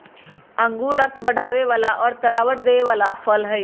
अंगूर रक्त बढ़ावे वाला और तरावट देवे वाला फल हई